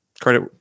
credit